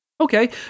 Okay